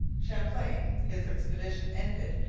champlain, his expedition ended,